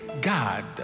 God